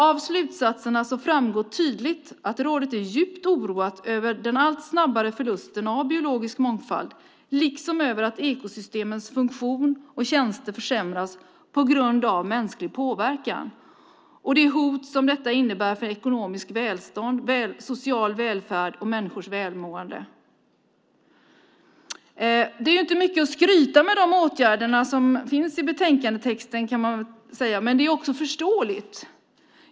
Av slutsatserna framgår det tydligt att rådet är djupt oroat över den allt snabbare förlusten av biologisk mångfald liksom över att ekosystemens funktion och tjänster försämras på grund av mänsklig påverkan och det hot som detta innebär för ekonomiskt välstånd, social välfärd och människors välmående. De åtgärder som finns i betänkandetexten är inte mycket att skryta med, men det är också förståeligt.